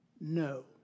no